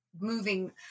moving